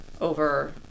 over